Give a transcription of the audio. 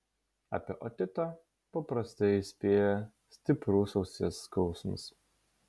apie otitą paprastai įspėja stiprus ausies skausmas